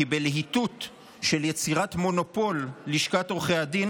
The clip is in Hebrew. כי "בלהיטות של יצירת מונופול לשכת עורכי הדין